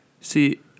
See